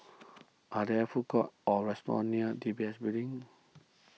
are there food courts or restaurants near D B S Building